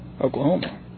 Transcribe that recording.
Oklahoma